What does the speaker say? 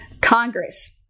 Congress